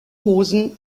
hosen